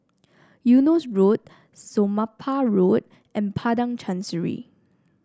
Eunos Road Somapah Road and Padang Chancery